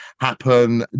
happen